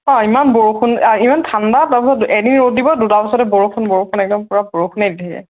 অঁ ইমান বৰষুণ ইমান ঠাণ্ডা তাৰপিছত এদিন ৰ'দ দিব দুটাৰ পাছতে বৰষুণ বৰষুণ একদম পুৰা বৰষুণে দি থাকে